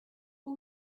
but